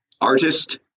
Artist